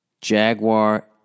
Jaguar